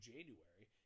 January